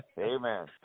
Amen